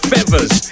Feathers